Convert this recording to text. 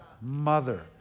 mother